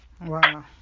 Wow